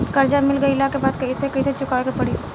कर्जा मिल गईला के बाद कैसे कैसे चुकावे के पड़ी?